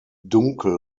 dunkel